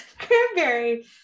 cranberry